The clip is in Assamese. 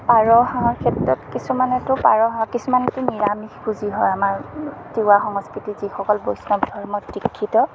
পাৰ হাঁহৰ ক্ষেত্ৰত কিছুমানেতো পাৰ হাঁহ কিছুমানতো নিৰামিষভোজী হয় আমাৰ তিৱা সংস্কৃতিত যিসকল বৈষ্ণৱ ধৰ্মত দিক্ষিত